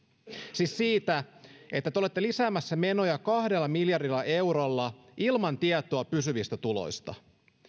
siis sen että te olette lisäämässä menoja kahdella miljardilla eurolla ilman tietoa pysyvistä tuloista